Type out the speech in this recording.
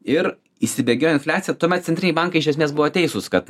ir įsibėgėjo infliacija tuomet centriniai bankai iš esmės buvo teisūs kad